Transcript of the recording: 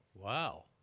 Wow